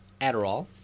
Adderall